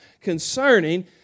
concerning